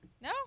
no